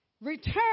return